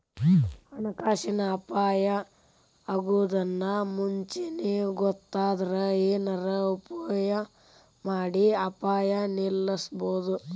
ಹಣಕಾಸಿನ್ ಅಪಾಯಾ ಅಗೊದನ್ನ ಮುಂಚೇನ ಗೊತ್ತಾದ್ರ ಏನರ ಉಪಾಯಮಾಡಿ ಅಪಾಯ ನಿಲ್ಲಸ್ಬೊದು